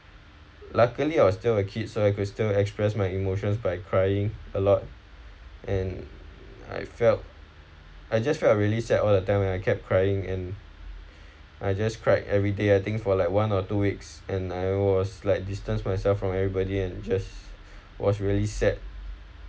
luckily I was still a kid so I could still express my emotions by crying a lot and I felt I just felt uh really sad all the time when I kept crying and I just cried every day I think for like one or two weeks and I was like distance myself from everybody and just was really sad